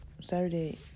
Saturday